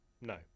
No